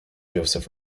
joseph